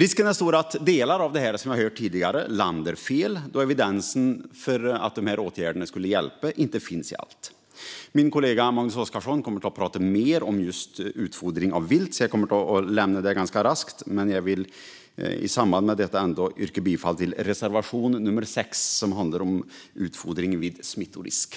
Risken är stor att delar av det, som vi har hört tidigare, landar fel då det inte finns evidens för att alla de här åtgärderna skulle hjälpa. Min kollega Magnus Oscarsson kommer att tala mer om just utfodring av vilt. Därför kommer jag att lämna det ganska raskt. Men i samband med detta vill jag ändå yrka bifall till reservation nummer 6 om utfodring vid smittorisk.